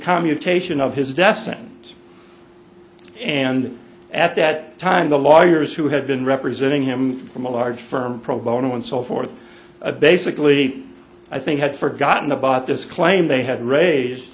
commutation of his death sentence and at that time the lawyers who had been representing him from a large firm pro bono and so forth basically i think had forgotten about this claim they had raise